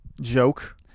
joke